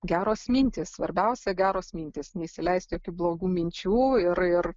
geros mintys svarbiausia geros mintys neįsileisti blogų minčių ir ir